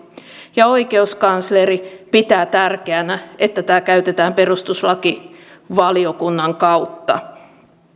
ja oikeuskansleri pitää tärkeänä että tämä käytetään perustuslakivaliokunnan kautta